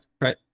right